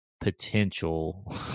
potential